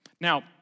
Now